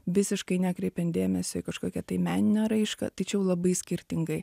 visiškai nekreipiant dėmesio į kažkokią tai meninę raišką tai čia jau labai skirtingai